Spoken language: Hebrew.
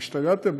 אתם השתגעתם?